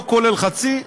לא כולל חצי,